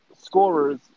scorers